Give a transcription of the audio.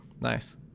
Nice